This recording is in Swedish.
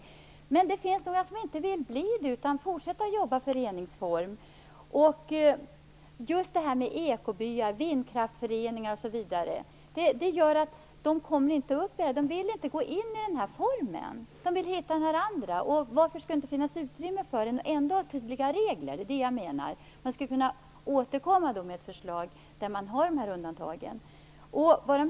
Men det finns några som inte vill bli medlemsbanker utan vill fortsätta att jobba i föreningsform som just ekobyar, vindkraftsföreningar osv. De vill inte gå in i den här formen utan vill hitta andra former. Varför skall det inte finnas utrymme för entydiga och tydliga regler? Jag menar att man skulle kunna återkomma med ett förslag med de nämnda undantagen.